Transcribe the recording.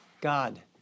God